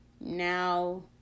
Now